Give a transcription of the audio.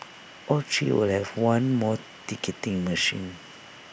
all three will have one more ticketing machine